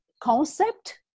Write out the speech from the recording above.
concept